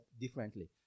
differently